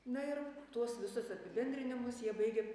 na ir tuos visus apibendrinimus jie baigia